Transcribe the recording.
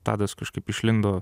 tadas kažkaip išlindo